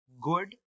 good